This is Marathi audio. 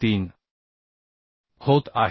3 होत आहे